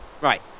Right